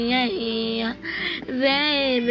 Baby